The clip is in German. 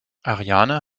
ariane